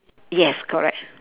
yes correct